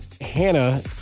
Hannah